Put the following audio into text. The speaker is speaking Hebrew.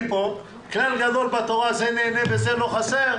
כלל גדול בתורה, זה נהנה וזה לא חסר.